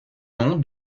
nom